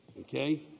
okay